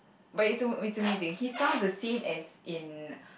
but is uh it's amazing he sounds the same as in